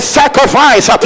sacrifice